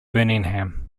birmingham